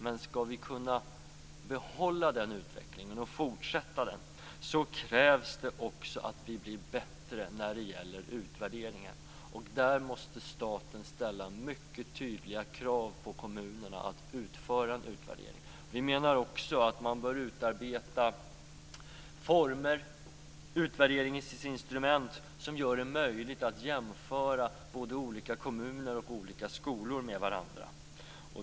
Men skall vi kunna behålla den utvecklingen och fortsätta den, krävs det också att vi blir bättre när det gäller utvärderingen. Där måste staten ställa mycket tydliga krav på kommunerna att utföra en utvärdering. Vi menar också att man bör utarbeta former och utvärderingsinstrument som gör det möjligt att jämföra olika kommuner och olika skolor med varandra.